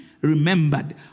remembered